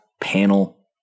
panel